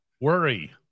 worry